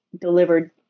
delivered